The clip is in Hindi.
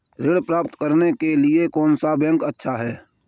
ऋण प्राप्त करने के लिए कौन सा बैंक अच्छा है?